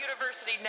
University